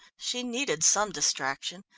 she needed some distraction,